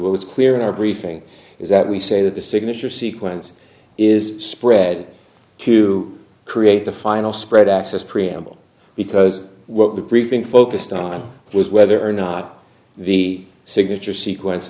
what was clear in our briefing is that we say that the signature sequence is spread to create the final spread access preamble because what the briefing focused on was whether or not the signature sequence